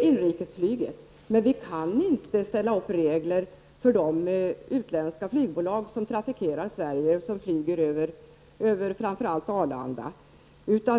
inrikesflyget, men vi kan inte ställa upp några regler för de utländska flygbolag som trafikerar Sverige och flyger över framför allt Arlanda.